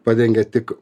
padengia tik